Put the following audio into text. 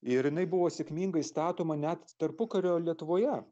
ir jinai buvo sėkmingai statoma net tarpukario lietuvoje